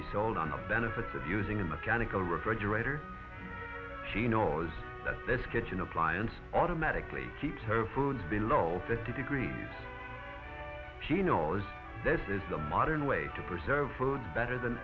be sold on the benefits of using a mechanical refrigerator she knows that this kitchen appliance automatically keeps her food below fifty degrees she knows this is the modern way to preserve food better than